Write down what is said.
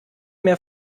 mehr